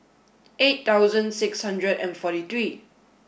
eight thousand six hundred and forty three